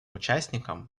участникам